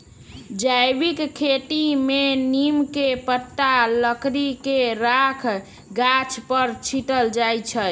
जैविक खेती में नीम के पत्ता, लकड़ी के राख गाछ पर छिट्ल जाइ छै